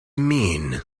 mean